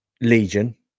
Legion